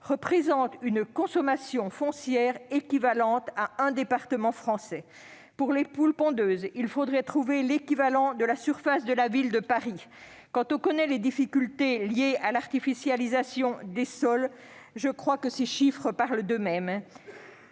représente une consommation foncière équivalente à un département français. Pour les poules pondeuses, il faudrait trouver l'équivalent de la surface de la ville de Paris. Quand on connaît les difficultés liées à l'artificialisation des sols, je crois que ces chiffres parlent d'eux-mêmes